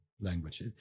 language